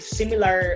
similar